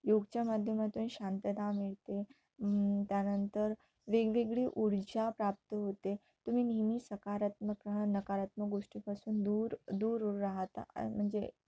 योगच्या माध्यमातून शांतता मिळते त्यानंतर वेगवेगळी ऊर्जा प्राप्त होते तुम्ही नेहमी सकारात्मकता नकारात्मक गोष्टीपासून दूर दूर राहता म्हणजे